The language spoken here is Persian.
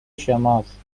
شماست